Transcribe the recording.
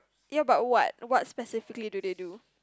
ya but what what specifically do they do